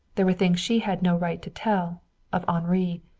there were things she had no right to tell of henri,